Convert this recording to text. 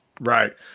Right